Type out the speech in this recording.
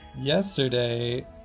yesterday